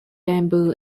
bamboo